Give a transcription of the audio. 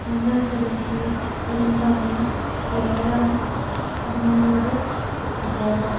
Andhra Pradesh Telangana Keralam Tamil Nadu Goa